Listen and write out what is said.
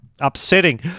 upsetting